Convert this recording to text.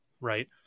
right